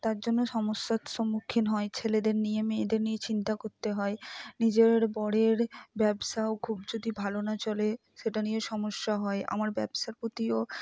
তার জন্য সমস্যার সম্মুখীন হয় ছেলেদের নিয়ে মেয়েদের নিয়ে চিন্তা করতে হয় নিজের বরের ব্যবসাও খুব যদি ভালো না চলে সেটা নিয়ে সমস্যা হয় আমার ব্যবসার প্রতিও